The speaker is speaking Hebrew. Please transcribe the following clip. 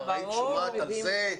כבר היית שומעת על זה.